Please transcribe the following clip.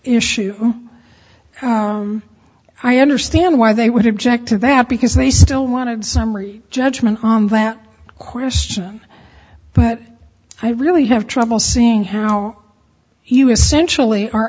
issue i understand why they would object to that because they still wanted summary judgment on that question but i really have trouble seeing how you essentially are